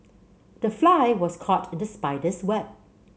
the fly was caught in the spider's web